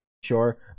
Sure